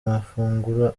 mafunguro